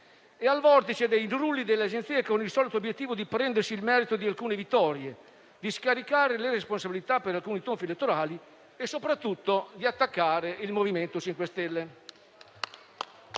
e al vortice dei rulli delle agenzie con il solito obiettivo di prendersi il merito di alcune vittorie, di scaricare le responsabilità per alcuni tonfi elettorali e, soprattutto, di attaccare il MoVimento 5 Stelle.